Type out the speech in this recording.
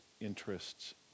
interests